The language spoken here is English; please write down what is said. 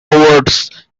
words